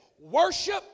Worship